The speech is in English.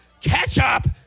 ketchup